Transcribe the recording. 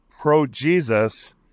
pro-Jesus